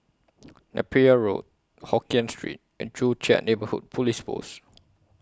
Napier Road Hokien Street and Joo Chiat Neighbourhood Police Post